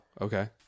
okay